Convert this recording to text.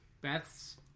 Beth's